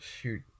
Shoot